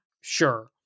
Sure